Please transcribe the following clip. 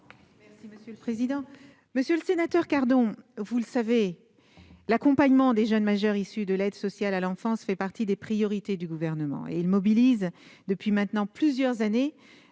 Mme la ministre déléguée. Monsieur le sénateur Cardon, vous le savez, l'accompagnement des jeunes majeurs issus de l'aide sociale à l'enfance fait partie des priorités du Gouvernement. Il mobilise depuis maintenant plusieurs années